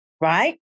Right